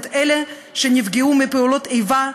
את אלה שנפגעו מפעולות איבה,